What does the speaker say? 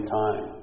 time